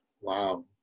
Wow